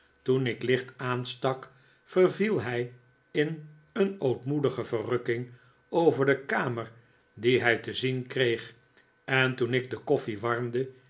toen ik licht aanstak verviel hij in een ootmoedige verrukking over de kamer die hij te zien kreeg en toen ik de koffie warmde